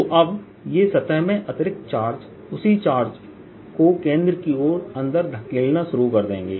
तो अब ये सतह में अतिरिक्त चार्ज उसी चार्ज को केंद्र की ओर अंदर धकेलना शुरू कर देंगे